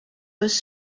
was